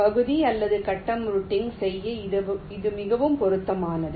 பகுதி அல்லது கட்டம் ரூட்டிங் செய்ய இது மிகவும் பொருத்தமானது